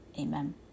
Amen